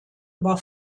über